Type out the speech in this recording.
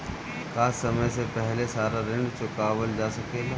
का समय से पहले सारा ऋण चुकावल जा सकेला?